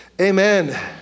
Amen